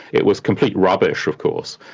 it was complete rubbish of course,